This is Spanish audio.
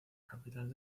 capital